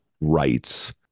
rights